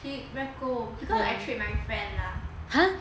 he reco because I treat my friend lah